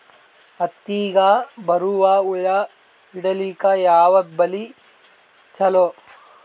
ಹತ್ತಿಗ ಬರುವ ಹುಳ ಹಿಡೀಲಿಕ ಯಾವ ಬಲಿ ಚಲೋ?